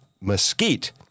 Mesquite